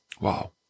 Wow